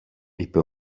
είπε